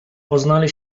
poznali